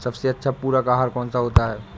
सबसे अच्छा पूरक आहार कौन सा होता है?